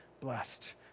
blessed